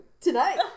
Tonight